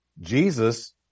Jesus